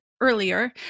earlier